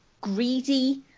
greedy